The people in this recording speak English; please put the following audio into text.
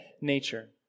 nature